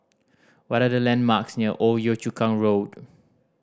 what are the landmarks near Old Yio Chu Kang Road